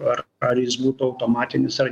ar ar jis būtų automatinis ar